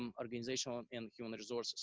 um organization and in human resources